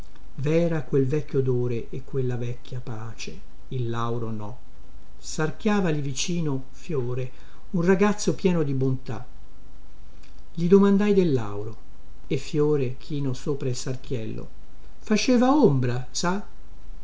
vera quel vecchio odore e quella vecchia pace il lauro no sarchiava lì vicino fiore un ragazzo pieno di bontà gli domandai del lauro e fiore chino sopra il sarchiello faceva ombra sa